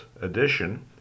edition